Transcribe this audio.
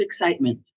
excitement